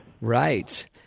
right